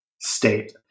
state